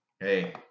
Hey